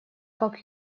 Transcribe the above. как